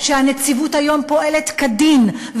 שהנציבות היום פועלת כדין,